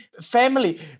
family